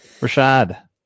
Rashad